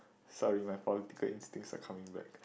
sorry my political instincts are coming back